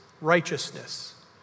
righteousness